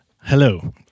Hello